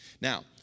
now